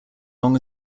long